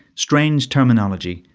strange terminology,